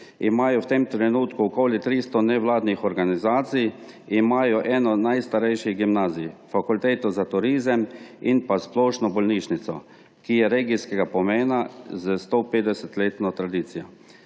ima v tem trenutku okoli 300 nevladnih organizacij, ima eno najstarejših gimnazij, fakulteto za turizem in splošno bolnišnico, ki je regijskega pomena s 150-letno tradicijo